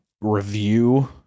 review